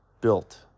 built